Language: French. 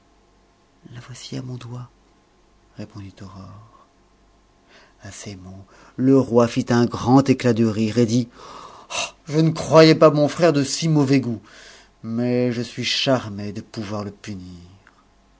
la voici à mon doigt répondit aurore à ces mots le roi fit un grand éclat de rire et dit je ne croyais pas mon frère de si mauvais goût mais je suis charmé de pouvoir le punir